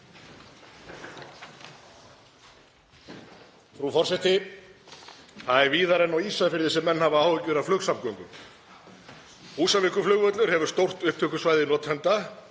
Frú forseti. Það er víðar en á Ísafirði sem menn hafa áhyggjur af flugsamgöngum. Húsavíkurflugvöllur hefur stórt upptökusvæði notenda,